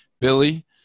Billy